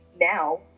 now